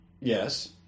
Yes